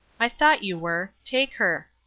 i thought you were. take her.